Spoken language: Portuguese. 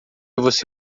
você